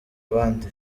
abandi